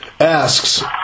asks